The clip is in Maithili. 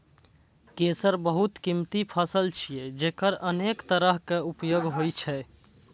केसर बहुत कीमती फसल छियै, जेकर अनेक तरहक उपयोग होइ छै